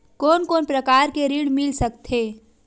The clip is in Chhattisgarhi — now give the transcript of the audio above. कोन कोन प्रकार के ऋण मिल सकथे?